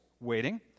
waiting